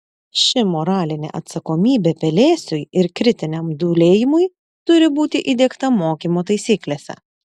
ši moralinė atsakomybė pelėsiui ir kritiniam dūlėjimui turi būti įdiegta mokymo taisyklėse